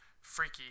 Freaky